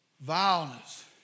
vileness